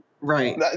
Right